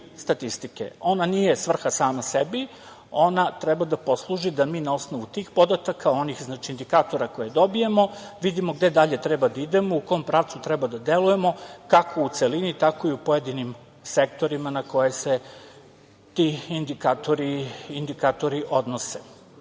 statistike. Ona nije svrha sama sebi, ona treba da posluži da mi na osnovu tih podataka, znači onih indikatora koje dobijemo gde dalje treba da idemo, u kojem pravcu da delujemo, kako u celini, tako i u pojedinim sektorima na koje se ti indikatori